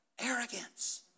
arrogance